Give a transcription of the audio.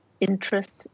interest